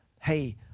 Hey